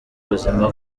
buzima